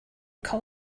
call